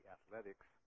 Athletics